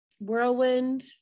whirlwind